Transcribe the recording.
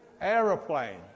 Aeroplane